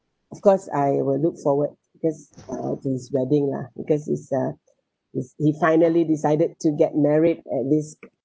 of course I will look forward because uh to this wedding lah because he's uh he's he finally decided to get married at least